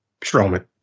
Strowman